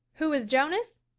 who is jonas?